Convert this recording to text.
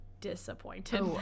disappointed